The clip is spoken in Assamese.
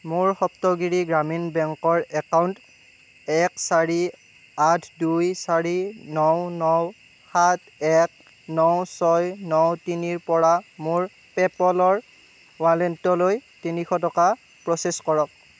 মোৰ সপ্তগিৰি গ্ৰামীণ বেংকৰ একাউণ্ট এক চাৰি আঠ দুই চাৰি ন ন সাত এক ন ছয় ন তিনিৰ পৰা মোৰ পে'পলৰ ৱালেটলৈ তিনিশ টকা প্ৰ'চেছ কৰক